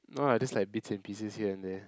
no ah just like bits and pieces here and there